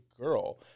girl